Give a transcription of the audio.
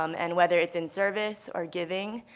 um and whether it's in service or giving,